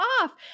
off